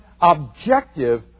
objective